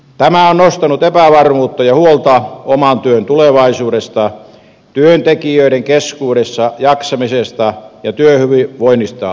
tämä on nostanut epävarmuutta ja huolta oman työn tulevaisuudesta työntekijöiden keskuudessa jaksamisesta ja työhyvinvoinnista puhumattakaan